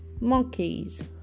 monkeys